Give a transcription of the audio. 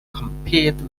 compete